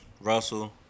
Russell